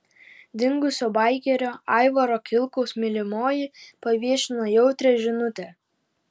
dingusio baikerio aivaro kilkaus mylimoji paviešino jautrią žinutę